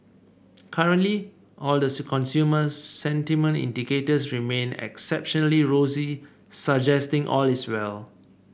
currently all the consumer sentiment indicators remain exceptionally rosy suggesting all is well